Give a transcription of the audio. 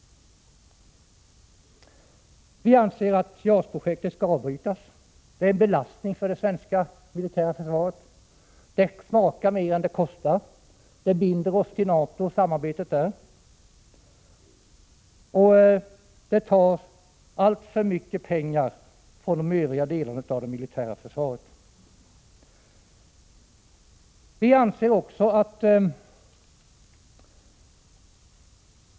Vi anser att JAS-projektet skall avbrytas — det är en belastning för det svenska militära försvaret. Det kostar mer än det smakar. Det binder oss till samarbetet med NATO, och det tar alltför mycket pengar från de övriga delarna av det militära försvaret.